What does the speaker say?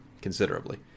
Considerably